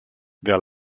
vers